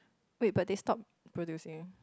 wait but they stop producing